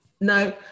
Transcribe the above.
No